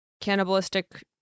cannibalistic